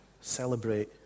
celebrate